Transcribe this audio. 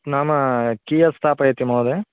नाम कियत् स्थापयति महोदय